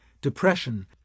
depression